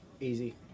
Easy